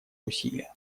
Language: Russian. усилия